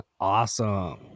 Awesome